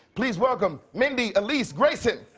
please welcome mindy elise grayson!